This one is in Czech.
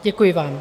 Děkuji vám.